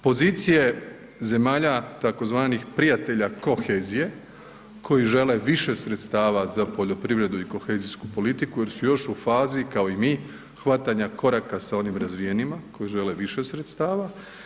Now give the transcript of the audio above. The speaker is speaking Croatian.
Pozicije zemalja tzv. prijatelja kohezije koji žele više sredstava za poljoprivredu i kohezijsku politiku jer su još u fazi kao i mi hvatanja koraka sa onim razvijenima koji žele više sredstava.